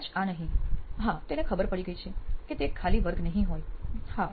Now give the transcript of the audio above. કદાચ આ નહીં હા તેને ખબર પડી ગઈ કે તે એક ખાલી વર્ગ નહીં હોય હા